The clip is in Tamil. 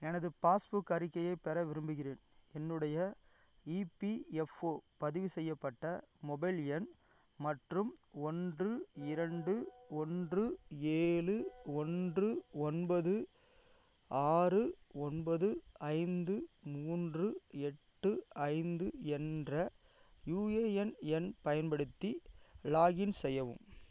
எனது பாஸ்புக் அறிக்கையைப் பெற விரும்புகிறேன் என்னுடைய இபிஎஃப்ஓ பதிவு செய்யப்பட்ட மொபைல் எண் மற்றும் ஒன்று இரண்டு ஒன்று ஏழு ஒன்று ஒன்பது ஆறு ஒன்பது ஐந்து மூன்று எட்டு ஐந்து என்ற யுஏஎன் எண் பயன்படுத்தி லாகின் செய்யவும்